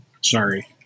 sorry